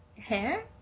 hair